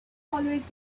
always